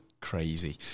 crazy